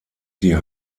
sie